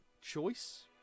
choice